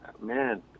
man